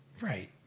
Right